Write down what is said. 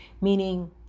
Meaning